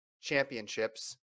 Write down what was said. championships